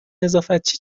نظافتچی